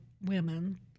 women